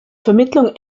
vermittlung